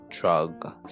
drug